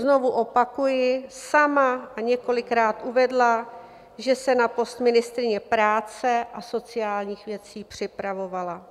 Znovu opakuji, sama několikrát uvedla, že se na post ministryně práce a sociálních věcí připravovala.